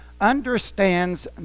understands